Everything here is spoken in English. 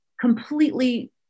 completely